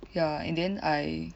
ya and then I